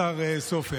השר סופר.